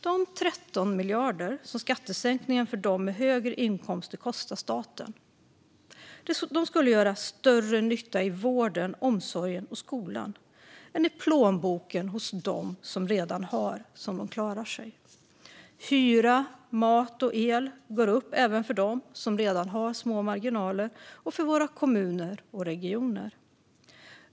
De 13 miljarder som skattesänkningen för dem med högre inkomster kostar staten skulle göra större nytta i vården, omsorgen och skolan än i plånboken hos dem som redan har så att de klarar sig. Kostnader för hyra, mat och el går upp även för dem som redan har små marginaler och för våra kommuner och regioner.